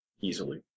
easily